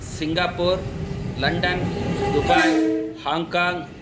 Singapore London Dubai Hong Kong